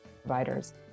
providers